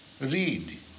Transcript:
read